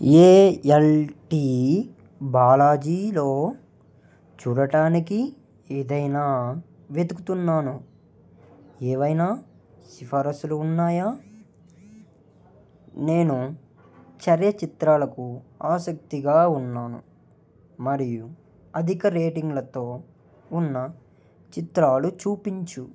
ALT బాలాజీలో చూడడానికి ఏదైనా వెతుకుతున్నాను ఏవైనా సిఫారుసులు ఉన్నాయా నేను చర్య చిత్రాలకు ఆసక్తిగా ఉన్నాను మరియు అధిక రేటింగ్లతో ఉన్న చిత్రాలు చూపించు